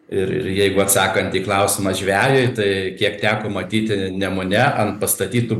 ir ir jeigu atsakant į klausimą žvejui tai kiek teko matyti nemune ant pastatytų